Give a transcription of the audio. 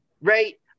right